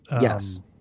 Yes